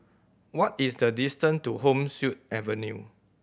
what is the distance to Home Suite Hotel